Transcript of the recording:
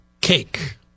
cake